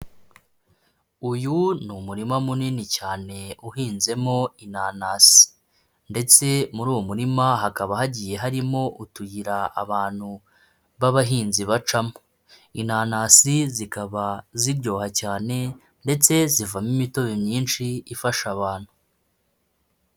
Uyu ni umurima munini cyane uhinzemo inanasi, ndetse muri uwo murima hakaba hagiye harimo utuyira abantu b'abahinzi bacamo. Inanasi zikaba ziryoha cyane ndetse zivamo imitobe myinshi ifasha abantu.